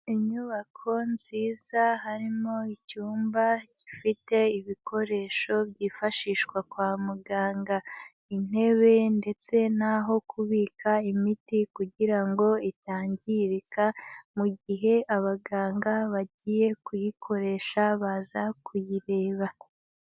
Inyubako nziza harimo icyumba gifite ibikoresho byifashishwa kwa muganga. Intebe ndetse n'aho kubika imiti kugira ngo itangirika, mu gihe abaganga bagiye kuyikoresha baza kuyireba.